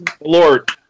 Lord